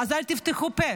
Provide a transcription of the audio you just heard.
אז אל תפתחו פה.